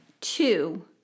two